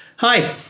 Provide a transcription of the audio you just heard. Hi